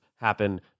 happen